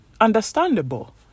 understandable